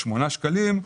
ה-8 שקלים,